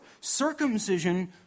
Circumcision